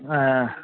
ஆ